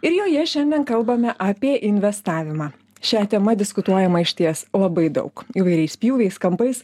ir joje šiandien kalbame apie investavimą šia tema diskutuojama išties labai daug įvairiais pjūviais kampais